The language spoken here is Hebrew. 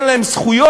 אין להם זכויות,